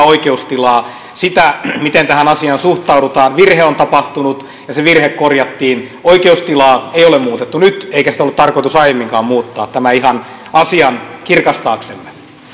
oikeustilaa sitä miten tähän asiaan suhtaudutaan virhe on tapahtunut ja se virhe korjattiin oikeustilaa ei ole muutettu nyt eikä sitä ollut tarkoitus aiemminkaan muuttaa tämä ihan asian kirkastaaksemme